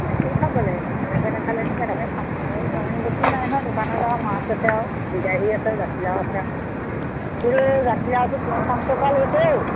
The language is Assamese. এনেকেই খাব লাগিব তেনেকৈ নেখালেনো কেনেকৈ খাম আৰু আৰু অইন বস্তু নাই নহয় দোকানত আৰু মাছ আছে আৰু বিলাহী আছে জাতিলাও আছে হেৰৌ জাতিলাওটো পঞ্চাছ টকা লৈছে ঔ